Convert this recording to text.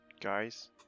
Guys